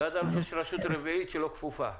לא ידענו שיש רשות רביעית שלא כפופה.